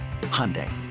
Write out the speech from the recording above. Hyundai